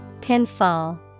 pinfall